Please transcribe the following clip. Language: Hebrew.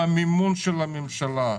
במימון של הממשלה,